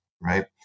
Right